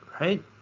right